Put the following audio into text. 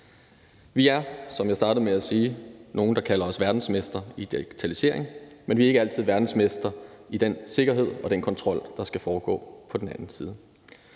os. Som jeg startede med at sige, kalder vi os verdensmestre i digitalisering, men vi er ikke altid verdensmestre i den sikkerhed og den kontrol, der skal foregå på den anden side.